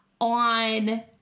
on